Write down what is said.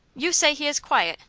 you say he is quiet,